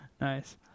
Nice